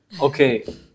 Okay